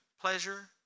pleasure